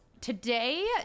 Today